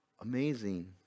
Amazing